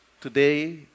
today